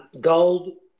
Gold